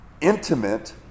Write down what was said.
intimate